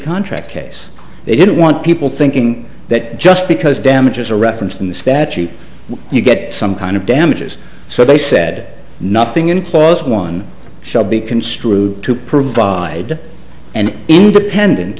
contract case they didn't want people thinking that just because damages are referenced in the statute you get some kind of damages so they said nothing in close one shall be construed to provide an independent